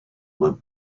were